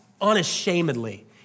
unashamedly